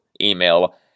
email